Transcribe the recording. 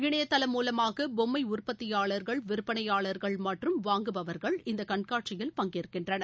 இணையதளம் மூலமாக பொம்மை உற்பத்தியாளர்கள் விற்பனையாளர்கள் மற்றும் வாங்குபவர்கள் இந்தக் கண்காட்சியில் பங்கேற்கின்றனர்